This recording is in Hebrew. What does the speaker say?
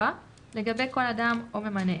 לגבי כל אדם או ממנה,